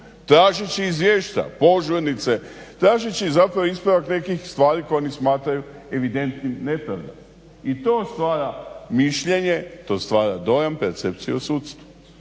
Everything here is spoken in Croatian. tražeći izvješća, požurnice, tražeći zapravo ispravak nekih stvari koje oni smatraju evidentnim … /Govornik se ne razumije./… I to stvara mišljenje, to stvara dojam, percepciju o sudstvu.